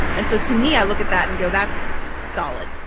and so to me, i look at that and go that's solid,